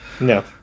No